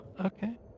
Okay